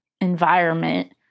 environment